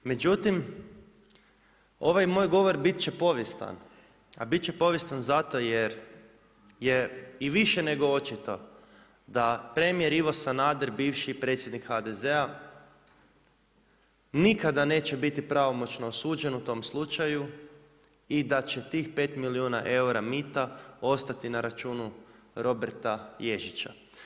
Međutim, ovaj moj govor bit će povijestan, a bit će povijest zato jer je i više nego očito da premijer Ivo Sanader, bivši predsjednik HDZ-a, nikada neće biti pravomoćno osuđen u slučaju i da će tih 5 milijuna eura mita ostati na računu Roberta Ježića.